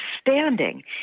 standing